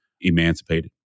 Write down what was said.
emancipated